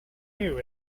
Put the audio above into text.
new